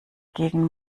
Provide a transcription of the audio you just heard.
gegen